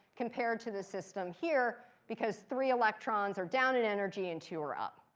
compared to the system here, because three electrons are down in energy, and two are up.